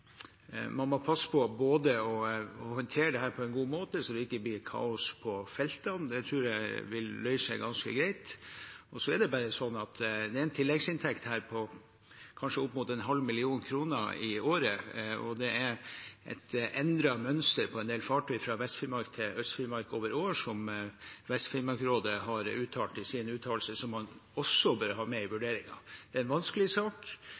man må passe på å håndtere dette på en god måte, så det ikke blir kaos på feltene. Det tror jeg vil løse seg ganske greit. Så er det bare sånn at det er en tilleggsinntekt her på kanskje opp mot en halv million kroner i året. Det er et endret mønster på en del fartøy fra Vest-Finnmark til Øst-Finnmark over år, som Vest-Finnmark Rådet har uttalt i sin uttalelse, som man også bør ha med i vurderingen. Det er en vanskelig sak,